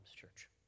church